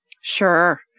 Sure